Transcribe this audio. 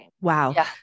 Wow